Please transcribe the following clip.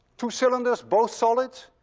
two cylinders, both solid,